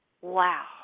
wow